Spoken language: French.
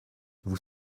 vous